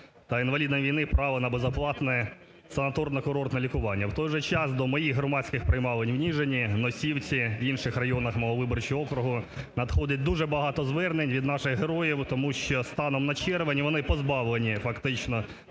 В той же час до моїх громадських приймалень в Ніжині, в Носівці, в інших районах мого виборчого округу надходить дуже багато звернень від наших героїв, тому що станом на червень вони позбавлені фактично